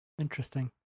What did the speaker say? Interesting